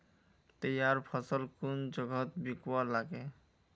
तैयार फसल कुन जगहत बिकवा लगे?